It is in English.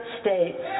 States